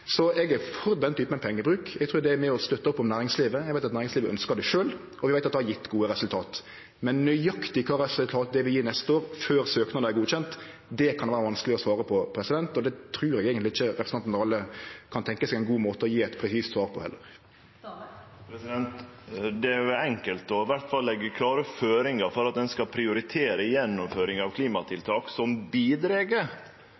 Så eg er for den typen pengebruk. Eg trur det er med på å støtte opp om næringslivet. Eg veit at næringslivet ønskjer det sjølv, og eg veit at det har gjeve gode resultat. Men nøyaktig kva resultat det vil gje neste år, før søknadene er godkjende, kan det vere vanskeleg å svare på. Det trur eg eigentleg ikkje representanten Dale kan tenkje seg ein god måte å gje eit presist svar på heller. Det er enkelt iallfall å leggje klare føringar for at ein skal prioritere gjennomføring av